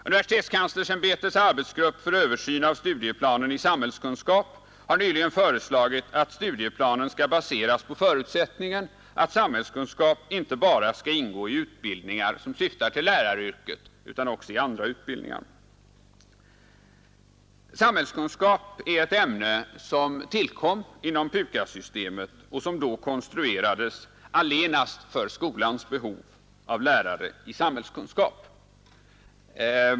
Universitetskanslerämbetets arbetsgrupp för översyn av studieplanen i samhällskunskap har nyligen föreslagit att studieplanen skall baseras på förutsättningen att samhällskunskap icke endast skall ingå i utbildningar som syftar till läraryrket utan även i andra utbildningar. Samhällskunskap är ett ämne som tillkom inom PUKAS-systemet och som då konstruerades allenast för skolans behov av lärare i samhällskunskap.